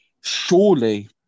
Surely